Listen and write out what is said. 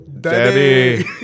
daddy